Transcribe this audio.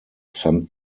some